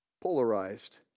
polarized